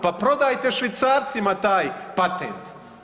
Pa prodajte Švicarcima taj patent.